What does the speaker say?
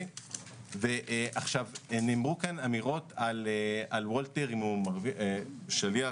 נאמרו כאן אמירות על וולטר שליח